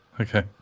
Okay